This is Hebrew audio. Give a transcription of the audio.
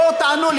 בואו תענו לי,